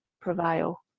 prevail